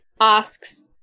asks